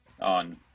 on